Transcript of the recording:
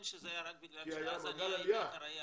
שזה היה רק בגלל שאז אני הייתי אחראי על נתיב.